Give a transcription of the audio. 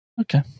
Okay